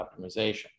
optimization